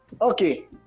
Okay